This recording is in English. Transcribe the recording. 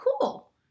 cool